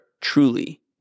truly